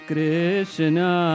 Krishna